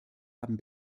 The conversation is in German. haben